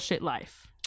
life